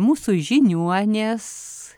mūsų žiniuonės